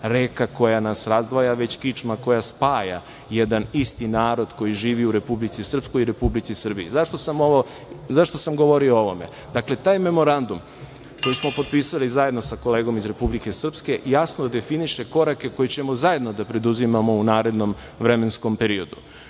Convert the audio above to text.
reka koja nas razdvaja već kičma koja spaja, jedan isti narod koji živi u Republici Srpskoj i Republici Srbiji.Zašto sam govorio o ovome? Dakle, taj memorandum koji smo potpisali zajedno sa kolegom iz Republike Srpske, jasno definiše korake koje ćemo zajedno da preduzimamo u narednom vremenskom periodu.